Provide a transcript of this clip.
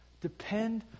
Depend